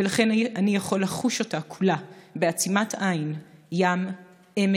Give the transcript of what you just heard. / ולכן אני יכול לחוש אותה כולה / בעצימת עין: ים עמק